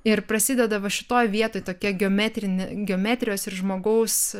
ir prasideda va šitoj vietoj tokia geometrinė geometrijos ir žmogaus